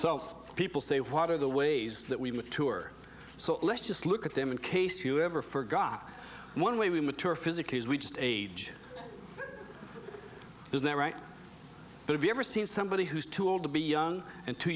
so people say what are the ways that we mature so let's just look at them in case you ever forgot one way we mature physically as we just age is that right but if you ever seen somebody who's too old to be young and too